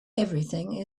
everything